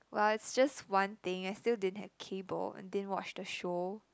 well it's just one thing I still didn't have cable and didn't watch the show